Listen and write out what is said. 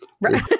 Right